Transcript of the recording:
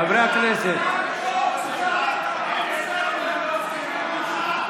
חברי הכנסת, נא לאפשר את ההצבעה.